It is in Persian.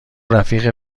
رفیق